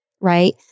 right